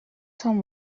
some